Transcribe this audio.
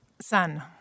Sun